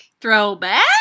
Throwback